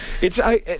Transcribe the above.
It's—I